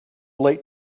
late